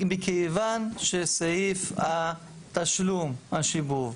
מכיוון שסעיף התשלום, השיבוב,